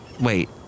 Wait